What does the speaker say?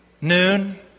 noon